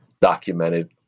Documented